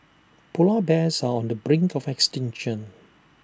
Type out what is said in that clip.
Polar Bears are on the brink of extinction